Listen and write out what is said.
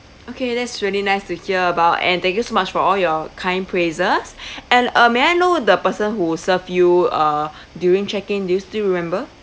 okay that's really nice to hear about and thank you so much for all your kind praises and uh may I know the person who served you uh during check in do you still remember